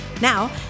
Now